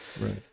Right